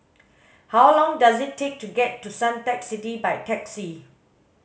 how long does it take to get to Suntec City by taxi